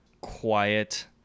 quiet